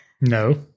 no